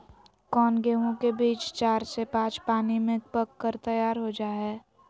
कौन गेंहू के बीज चार से पाँच पानी में पक कर तैयार हो जा हाय?